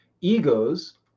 Egos